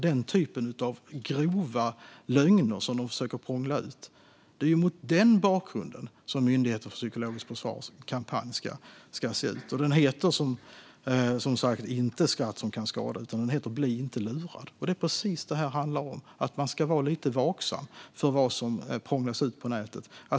Det är grova lögner som de försöker prångla ut. Det är mot den bakgrunden som kampanjen från Myndigheten för psykologiskt försvar ska ses. Och den heter som sagt inte Skratt som kan skada, utan den heter Bli inte lurad. Det är precis det detta handlar om - att man ska vara lite vaksam mot vad som prånglas ut på nätet.